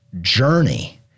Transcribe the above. journey